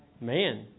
man